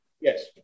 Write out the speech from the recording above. yes